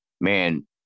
man